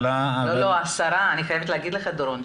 אני חייבת להגיד לך דורון,